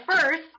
first